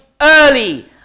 early